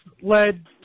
led